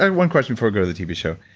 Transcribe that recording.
and one question before we go to the tv show.